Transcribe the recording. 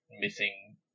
missing